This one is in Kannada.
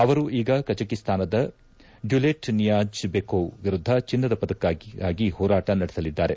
ಅವರು ಈಗ ಕಜಕಿಸ್ತಾನದ ಡ್ಯೂಲೆಟ್ ನಿಯಾಜ್ ಬೆಕೋವ್ ವಿರುದ್ಧ ಚಿನ್ನದ ಪದಕಕ್ಕಾಗಿ ಹೋರಾಟ ನಡೆಸಲಿದ್ದಾರೆ